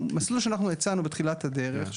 המסלול שאנחנו הצענו בתחילת הדרך,